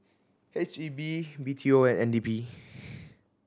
H E B B T O and N D P